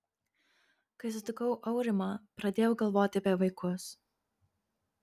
kai sutikau aurimą pradėjau galvoti apie vaikus